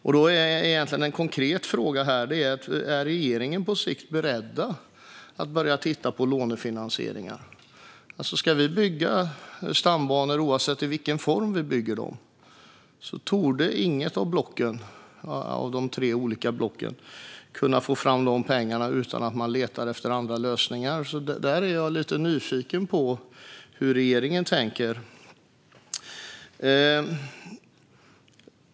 Jag har en konkret fråga här: Är regeringen på sikt beredd att börja titta på lånefinansieringen? Ska vi bygga stambanor, oavsett i vilken form vi bygger dem, torde inget av de tre blocken kunna få fram pengar utan att leta efter andra lösningar. Där är jag lite nyfiken på hur regeringen tänker.